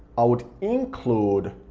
i would include